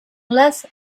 less